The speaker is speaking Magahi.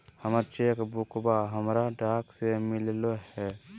हमर चेक बुकवा हमरा डाक से मिललो हे